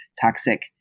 toxic